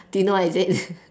do you know what is it